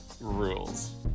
rules